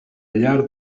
llar